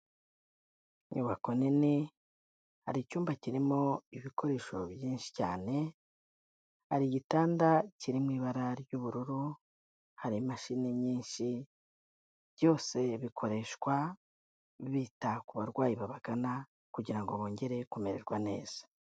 Inyubako nini hari icyumba kirimo ibikoresho byinshi cyane, hari igitanda kiri mu ibara ry'ubururu, hari imashini nyinshi, byose bikoreshwa bita ku barwayi babagana kugira ngo bongere kumererwa neza.